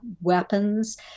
weapons